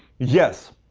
yes!